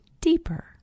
deeper